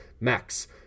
Max